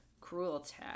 Cruelty